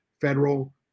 federal